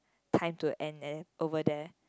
time to end eh over there